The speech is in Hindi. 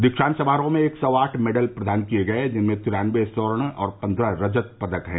दीक्षांत समारोह में एक सौ आठ मेडल प्रदान किये गये जिसमें तिरान्नवे स्वर्ण और पन्द्रह रजत पदक हैं